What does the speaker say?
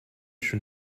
schon